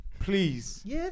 Please